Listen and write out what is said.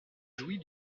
jouit